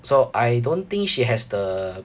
so I don't think she has the